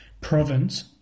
province